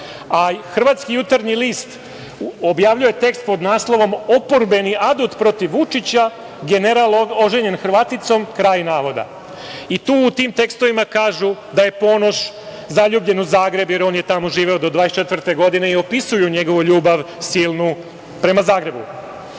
Hrvatski jutarnji list objavljuje tekst pod naslovom – „Oporbeni adut protiv Vučića, general oženjen Hrvaticom“. U tim tekstovima kažu da je Ponoš zaljubljen u Zagreb, jer on je tamo živeo do 24 godine i opisuju njegovu ljubav silnu prema Zagrebu. Kada